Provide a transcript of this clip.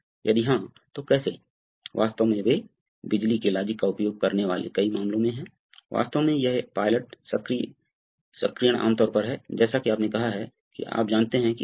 यह पहले का मुद्दा है लेकिन यह कैसे तय करता है कि आप इसका पता लगा लें